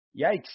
yikes